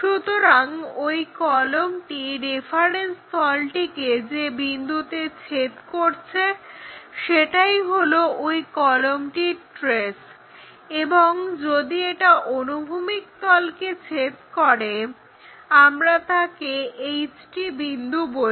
সুতরাং ওই কলমটি রেফারেন্স তলটিকে যে বিন্দুতে ছেদ করছে সেটাই হলো ওই কলমটির ট্রেস এবং যদি এটা অনুভূমিক তলকে ছেদ করে আমরা তাকে HT বিন্দু বলি